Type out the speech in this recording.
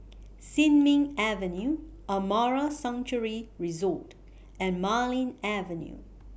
Sin Ming Avenue Amara Sanctuary Resort and Marlene Avenue